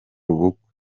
ubukwe